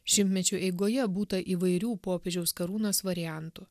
šimtmečių eigoje būta įvairių popiežiaus karūnos variantų